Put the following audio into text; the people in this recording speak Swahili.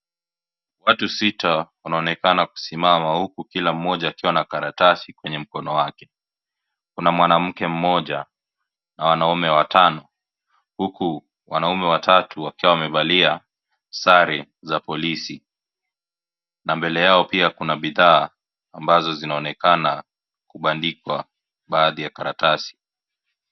Watu sita wanaonekana kusimama huku kila mmoja akiwa na karatasi kwenye mkono wake, kuna mwanamke moja na wanaume watano, huku wanaume watatu wakiwa wamevalia sare za polisi, na mbele yao pia kuna bidhaa ambazo zinaonekana kuandikwa baadhi ya karatasi.